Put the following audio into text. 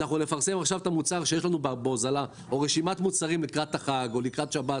נפרסם את המוצר שיש לנו בהוזלה או רשימת מוצרים לקראת החג או לקראת שבת.